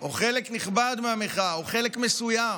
או חלק נכבד מהמחאה, או חלק מסוים,